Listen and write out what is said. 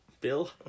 Bill